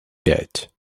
пять